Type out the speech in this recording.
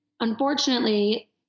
unfortunately